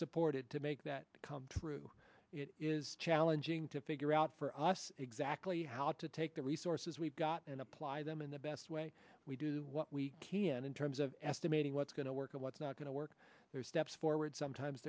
supported to make that come true it is challenging to figure out for us exactly how to take the resources we've got and apply them in the best way we do what we can in terms of estimating what's going to work and what's not going to work there's steps forward sometimes